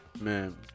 Man